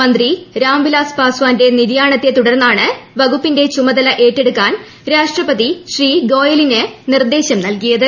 മന്ത്രി രാം വിലാസ് പാസ്ഥാന്റെ നിര്യാണത്തെ തു ടർന്നാണ് വകുപ്പിന്റെ ചുമതല ഏറ്റെടുക്കാൻ രാഷ്ട്രപതി രാം നാഥ് കോവിന്ദ് ശ്രീ ഗോയലിന് നിർദേശം നൽകിയത്